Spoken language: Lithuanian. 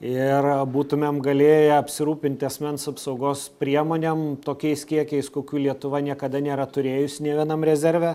ir būtumėm galėję apsirūpinti asmens apsaugos priemonėm tokiais kiekiais kokių lietuva niekada nėra turėjus nė vienam rezerve